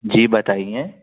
जी बताइए